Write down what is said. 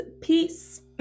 Peace